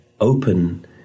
open